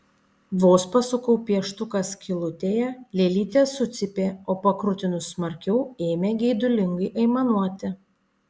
vos pasukau pieštuką skylutėje lėlytė sucypė o pakrutinus smarkiau ėmė geidulingai aimanuoti